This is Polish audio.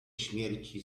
śmierci